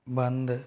बंद